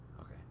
Okay